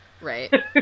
Right